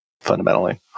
Fundamentally